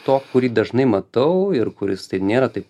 to kurį dažnai matau ir kuris tai nėra taip